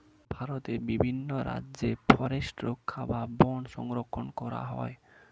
ভারতের বিভিন্ন রাজ্যে ফরেস্ট রক্ষা বা বন সংরক্ষণ করা হয়